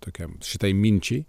tokiam šitai minčiai